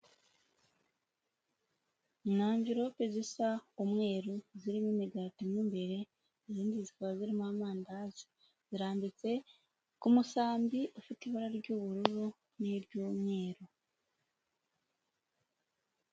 Ni anverope zisa umweru, zirimo imigati mo imbere, izindi zikaba zirimo amandazi, zirambitse ku musambi ufite ibara ry'ubururu n'iry'umweru.